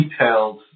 detailed